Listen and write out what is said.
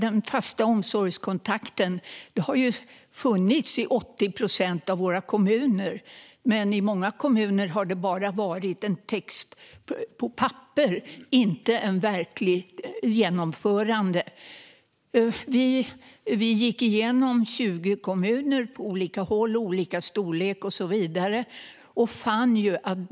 En fast omsorgskontakt har funnits i 80 procent av våra kommuner, men i många kommuner har det bara varit en text på ett papper och inte ett verkligt genomförande. Vi gick igenom 20 kommuner på olika håll, av olika storlek och så vidare.